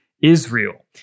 Israel